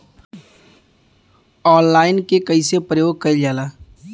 Online के कइसे प्रयोग कइल जाला?